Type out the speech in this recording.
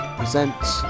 presents